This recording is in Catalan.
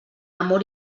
amor